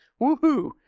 woohoo